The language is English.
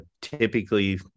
Typically